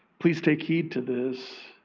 please take heed to this.